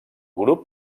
grup